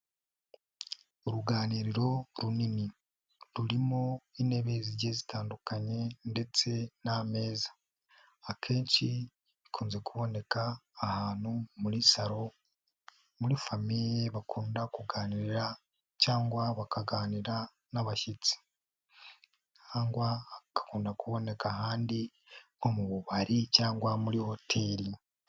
Uruganiriro runini, rurimo intebe zigiye zitandukanye ndetse n'ameza, akenshi bikunze kuboneka ahantu muri salo, muri famiye bakunda kuganira, cyangwa bakaganira n'abashyitsi, cyangwa bigakunda kuboneka ahandi nko mu bubari, cyangwa muri hoteli.